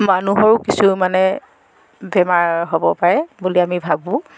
মানুহৰো কিছু মানে বেমাৰ হ'ব পাৰে বুলি আমি ভাবোঁ